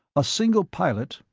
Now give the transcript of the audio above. a single pilot,